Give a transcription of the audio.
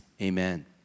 Amen